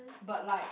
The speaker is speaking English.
but like